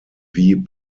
wie